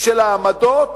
של העמדות